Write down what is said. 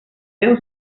déu